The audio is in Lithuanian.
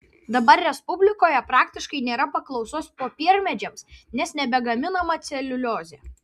dabar respublikoje praktiškai nėra paklausos popiermedžiams nes nebegaminama celiuliozė